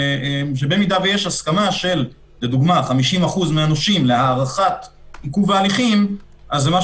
שבמידה ויש הסכמה של 50% מהנושים להארכת עיכוב ההליכים אז זה יכול